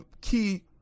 key